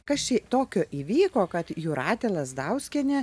kas čia tokio įvyko kad jūratė lazdauskienė